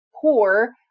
poor